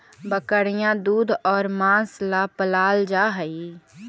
बकरियाँ दूध और माँस ला पलाल जा हई